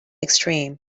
extreme